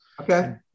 Okay